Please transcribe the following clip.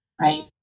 Right